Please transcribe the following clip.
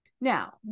Now